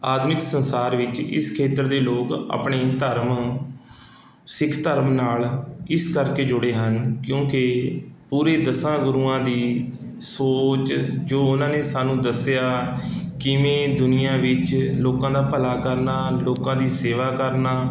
ਆਧੁਨਿਕ ਸੰਸਾਰ ਵਿੱਚ ਇਸ ਖੇਤਰ ਦੇ ਲੋਕ ਆਪਣੇ ਧਰਮ ਸਿੱਖ ਧਰਮ ਨਾਲ਼ ਇਸ ਕਰਕੇ ਜੁੜੇ ਹਨ ਕਿਉਂਕਿ ਪੂਰੇ ਦਸਾਂ ਗੁਰੂਆਂ ਦੀ ਸੋਚ ਜੋ ਉਹਨਾਂ ਨੇ ਸਾਨੂੰ ਦੱਸਿਆ ਕਿਵੇਂ ਦੁਨੀਆਂ ਵਿੱਚ ਲੋਕਾਂ ਦਾ ਭਲਾ ਕਰਨਾ ਲੋਕਾਂ ਦੀ ਸੇਵਾ ਕਰਨਾ